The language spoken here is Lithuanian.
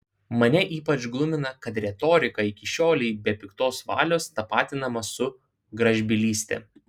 mane ypač glumina kad retorika iki šiolei be piktos valios tapatinama su gražbylyste